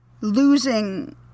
losing